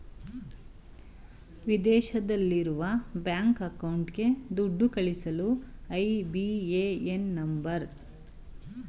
ವಿದೇಶದಲ್ಲಿರುವ ಬ್ಯಾಂಕ್ ಅಕೌಂಟ್ಗೆ ದುಡ್ಡು ಕಳಿಸಲು ಐ.ಬಿ.ಎ.ಎನ್ ನಂಬರ್ ಬೇಕು